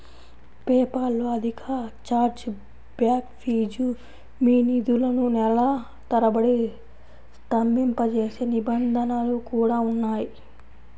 PayPal లో అధిక charge back fees, మీ నిధులను నెలల తరబడి స్తంభింపజేసే నిబంధనలు కూడా ఉన్నాయి